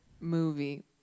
movie